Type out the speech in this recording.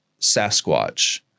Sasquatch